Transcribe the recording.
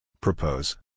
Propose